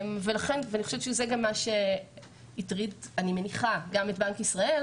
אני מניחה שזה גם מה שהטריד את בנק ישראל